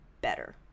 better